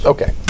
Okay